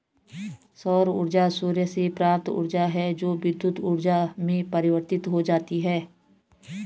सौर ऊर्जा सूर्य से प्राप्त ऊर्जा है जो विद्युत ऊर्जा में परिवर्तित हो जाती है